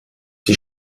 die